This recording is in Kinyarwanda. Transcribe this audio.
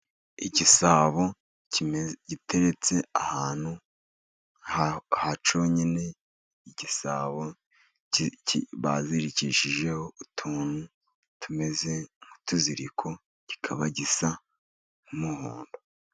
Igisabo giteretse ahantu hacyonyine, ni igisabo bazirikishije utuntu tumeze nk'utuziriko kikaba gisa n'umuhondo.